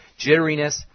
jitteriness